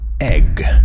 egg